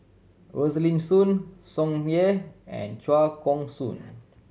Rosaline Soon Tsung Yeh and Chua Koon Siong